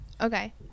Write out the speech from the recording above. Okay